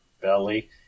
Belly